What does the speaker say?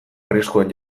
arriskuan